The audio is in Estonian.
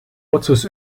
otsus